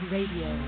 Radio